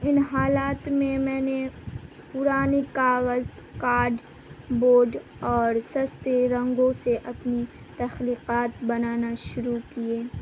ان حالات میں میں نے پرانے کاغذ کارڈ بورڈ اور سستے رنگوں سے اپنی تخلیقات بنانا شروع کیے